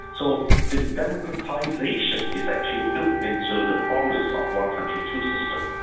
so democratisation is actually built into the promise of one country, two systems'.